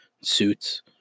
suits